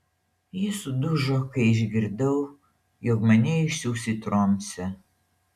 ji sudužo kai išgirdau jog mane išsiųs į tromsę